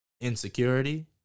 Insecurity